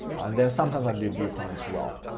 and then sometimes i'll do view content as well.